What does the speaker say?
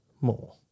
more